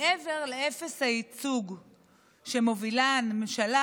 מעבר לאפס הייצוג שמובילה הממשלה,